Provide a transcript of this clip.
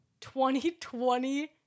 2020